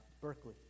Berkeley